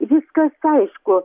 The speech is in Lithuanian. viskas aišku